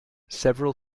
several